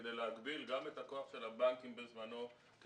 כדי להגביל גם את הכוח של הבנקים בזמנו -- נכון.